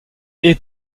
est